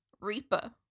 Reaper